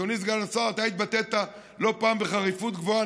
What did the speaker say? אדוני סגן השר, אתה התבטאת לא פעם בחריפות רבה.